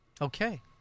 Okay